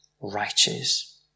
righteous